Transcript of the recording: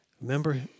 Remember